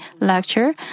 lecture